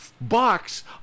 box